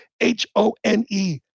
H-O-N-E